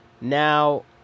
now